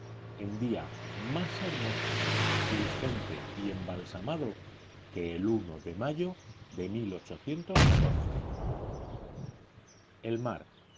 en día más hermoso fulgente y embalsamado que el de mayo de el mar